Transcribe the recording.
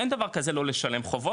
אין דבר כזה לא לשלם חובות,